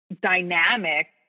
dynamic